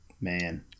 man